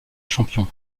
champion